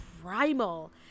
primal